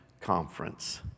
conference